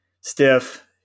stiff